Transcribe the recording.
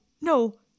no